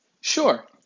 Sure